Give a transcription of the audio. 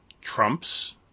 Trump's